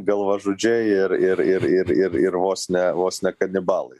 galvažudžiai ir ir ir ir ir ir vos ne vos ne kanibalai